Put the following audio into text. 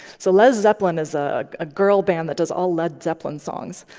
so lez zeppelin is a ah girl band that does all led zeppelin songs.